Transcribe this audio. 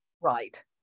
Right